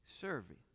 serving